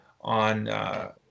on